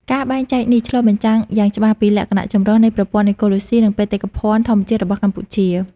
ការបែងចែកនេះឆ្លុះបញ្ចាំងយ៉ាងច្បាស់ពីលក្ខណៈចម្រុះនៃប្រព័ន្ធអេកូឡូស៊ី និងបេតិកភណ្ឌធម្មជាតិរបស់កម្ពុជា។